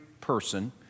person